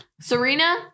Serena